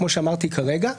כמו שאמרתי כרגע,